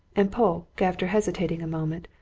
and polke, after hesitating a moment,